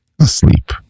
asleep